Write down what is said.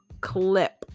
clip